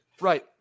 right